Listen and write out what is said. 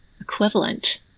equivalent